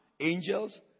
angels